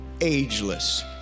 ageless